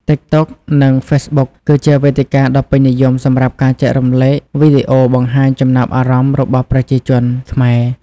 TikTok និង Facebook គឺជាវេទិកាដ៏ពេញនិយមសម្រាប់ការចែករំលែកវីដេអូបង្ហាញចំណាប់អារម្មណ៍របស់ប្រជាជនខ្មែរ។